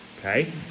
okay